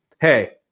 Hey